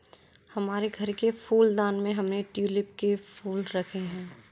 हमारे घर के फूलदान में हमने ट्यूलिप के फूल रखे हैं